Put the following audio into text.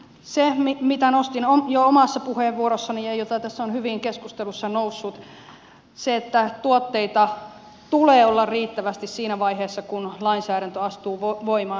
se mitä nostin jo omassa puheenvuorossani ja mikä tässä on hyvin keskustelussa noussut on se että tuotteita tulee olla riittävästi siinä vaiheessa kun lainsäädäntö astuu voimaan